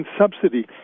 subsidy